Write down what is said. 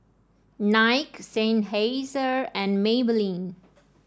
Nike Seinheiser and Maybelline